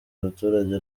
abaturage